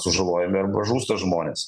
sužalojami arba žūsta žmonės